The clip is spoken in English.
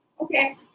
Okay